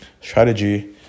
strategy